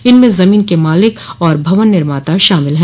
इनमें जमीन के मालिक और भवन निर्माता शामिल है